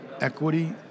equity